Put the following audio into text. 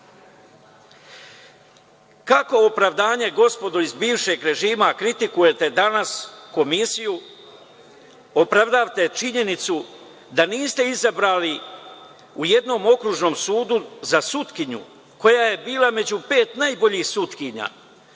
opravdanje, gospodo iz bivšeg režima, kritikujete danas Komisiju, opravdavate činjenicu da niste izabrali u jednom okružnom sudu za sudiju koja je bila među pet najboljih sudija